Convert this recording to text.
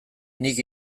nik